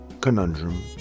Conundrum